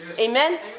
Amen